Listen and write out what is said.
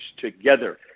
together